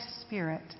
Spirit